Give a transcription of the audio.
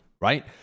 right